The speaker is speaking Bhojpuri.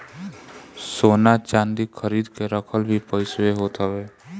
सोना चांदी खरीद के रखल भी पईसवे होत हवे